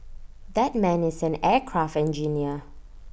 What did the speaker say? that man is an aircraft engineer